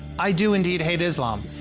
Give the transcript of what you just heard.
i do indeed hate islam.